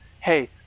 hey